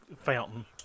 Fountain